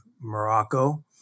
Morocco